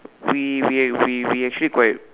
we we we we actually quite